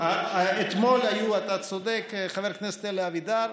אתמול היו, אתה צודק, חבר הכנסת אלי אבידר.